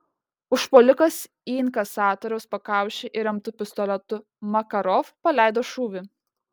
užpuolikas į inkasatoriaus pakaušį įremtu pistoletu makarov paleido šūvį